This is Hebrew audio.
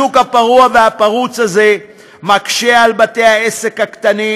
השוק הפרוע והפרוץ הזה מקשה על בתי העסק הקטנים